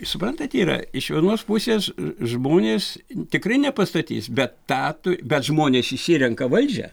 suprantat yra iš vienos pusės žmonės tikrai nepastatys bet tą tu bet žmonės išsirenka valdžią